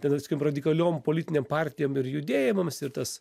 ten visokiom radikaliom politinėm partijom ir judėjimams ir tas